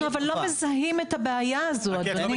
אנחנו אבל לא מזהים את הבעיה הזו, אדוני.